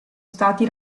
stati